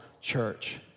church